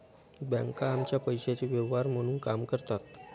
बँका आमच्या पैशाचे व्यवहार म्हणून काम करतात